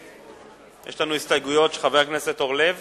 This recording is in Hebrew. יש לנו הסתייגויות של חבר הכנסת אורלב.